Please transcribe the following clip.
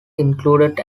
included